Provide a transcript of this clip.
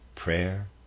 prayer